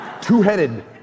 Two-headed